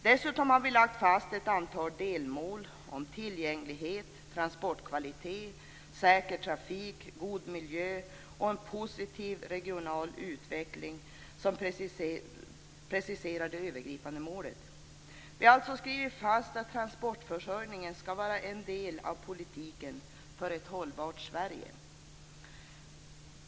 Dessutom har vi lagt fast ett antal delmål om tillgänglighet, transportkvalitet, säker trafik, god miljö och en positiv regional utveckling som preciserar det övergripande målet. Vi har alltså skrivit fast att transportförsörjningen skall vara en del av politiken för ett hållbart Sverige.